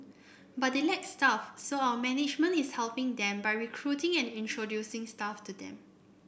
but they lack staff so our management is helping them by recruiting and introducing staff to them